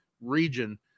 region